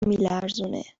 میلرزونه